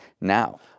now